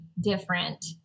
different